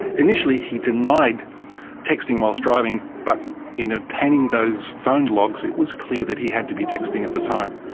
initially he denied texting whilst driving, but in obtaining those phone logs it was clear that he had to be texting at the time.